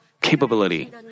capability